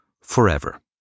forever